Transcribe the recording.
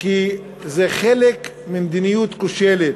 כי זה חלק ממדיניות כושלת,